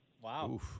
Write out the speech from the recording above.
Wow